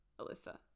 Alyssa